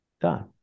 done